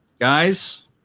Guys